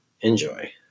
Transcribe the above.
Enjoy